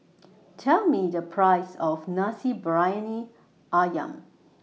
Tell Me The Price of Nasi Briyani Ayam